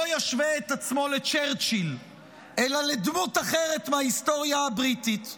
לא ישווה את עצמו לצ'רצ'יל אלא לדמות אחרת מההיסטוריה הבריטית.